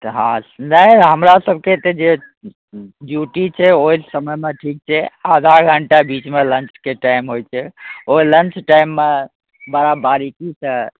तऽ हँ नहि हमरा सबके तऽ जे ड्यूटी छै ओहि समयमे ठीक छै आधा घण्टा बीचमे लन्चके टाइम होइ छै ओ लन्च टाइममे बड़ा बारीकीसँ